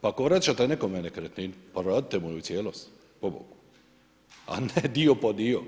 Pa ako vračate nekome nekretninu, pa vratite mu u cijelosti, pobogu, a ne dio po dio.